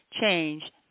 change